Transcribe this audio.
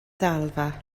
ddalfa